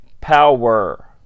Power